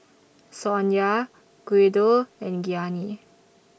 Sonya Guido and Gianni